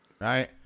Right